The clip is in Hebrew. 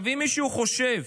אם מישהו חושב